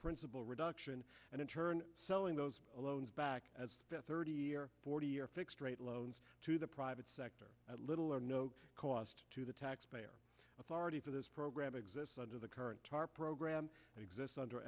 principal reduction and in turn selling those loans back thirty or forty year fixed rate loans to the private sector at little or no cost to the taxpayer authority for this program exists under the current tarp program exists under